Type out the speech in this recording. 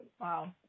wow